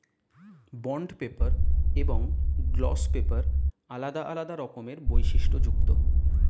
bond paper এবং gloss paper আলাদা আলাদা রকমের বৈশিষ্ট্যযুক্ত